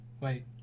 Wait